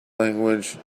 language